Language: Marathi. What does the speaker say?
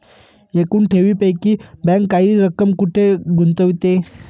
एकूण ठेवींपैकी बँक काही रक्कम कुठे गुंतविते?